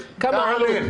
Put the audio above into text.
העמק,